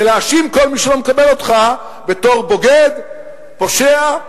ולהאשים כל מי שלא מקבל אותך בתור בוגד, פושע,